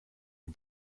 een